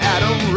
Adam